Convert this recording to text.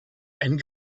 and